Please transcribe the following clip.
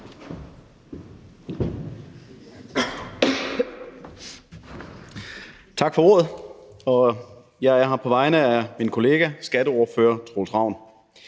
Tak for ordet. Jeg er her på vegne af min kollega skatteordfører Troels Ravn.